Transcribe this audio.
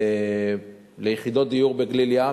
ליחידות דיור בגליל-ים.